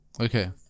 Okay